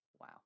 wow